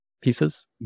pieces